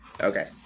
Okay